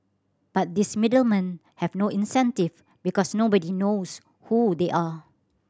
but these middle men have no incentive because nobody knows who they are